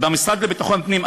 במשרד לביטחון הפנים,